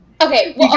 Okay